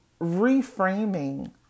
reframing